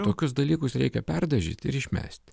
tokius dalykus reikia perdažyt ir išmest